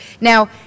Now